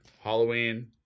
Halloween